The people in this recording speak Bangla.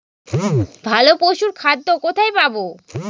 ভালো পশুর খাদ্য কোথায় পাবো?